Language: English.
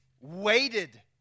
waited